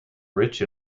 rich